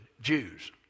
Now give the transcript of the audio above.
Jews